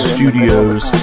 Studios